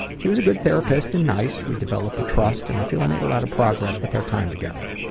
she was a good therapist and nice. we developed a trust and i feel i made a lot of progress with our time together.